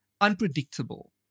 unpredictable